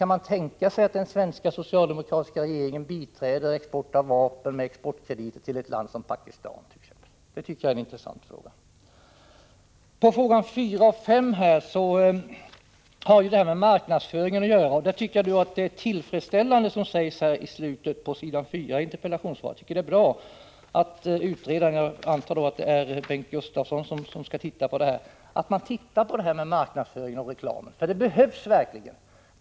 Kan man tänka sig att den svenska socialdemokratiska regeringen med exportkrediter biträder export av vapen till ett land som exempelvis Pakistan? Det tycker jag är en intressant fråga. Frågorna 4 och 5 har med marknadsföringen att göra. Jag tycker att det som sägs i slutet på s. 4iinterpellationssvaret är tillfredsställande. Det är bra att utredaren — jag antar att det är Bengt Gustavsson — ser på marknadsföringen och reklamen. Det behövs verkligen.